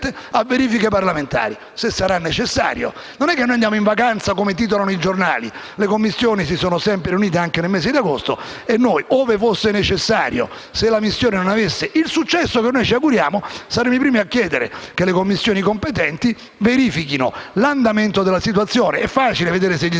a verifiche parlamentari, se sarà necessario. Noi non andiamo in vacanza, come titolano i giornali: le Commissioni si sono sempre riunite anche il mese di agosto. Noi, ove fosse necessario, se la missione non avesse il successo che noi ci auguriamo, saremo i primi a chiedere che le Commissioni competenti verifichino l'andamento della situazione. Ed è facile verificare se gli